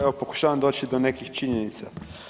Evo, pokušavam doći do nekih činjenica.